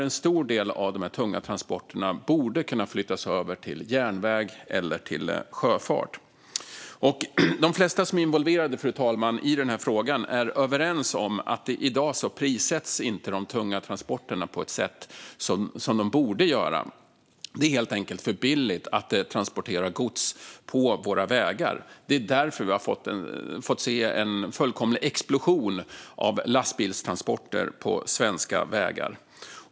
En stor del av de tunga transporterna borde kunna flyttas över till järnväg eller sjöfart. De flesta som är involverade i denna fråga, fru talman, är överens om att de tunga transporterna i dag inte prissätts på det sätt de borde. Det är helt enkelt för billigt att transportera gods på våra vägar. Det är därför vi har fått se en fullkomlig explosion av lastbilstransporter på svenska vägar.